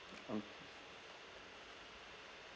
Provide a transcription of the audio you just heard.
um